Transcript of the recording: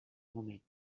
moment